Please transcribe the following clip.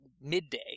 midday